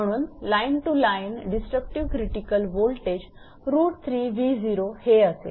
म्हणून line to line disruptive critical voltage हे असेल